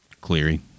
Cleary